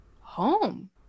home